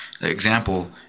example